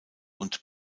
und